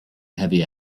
heavy